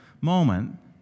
moment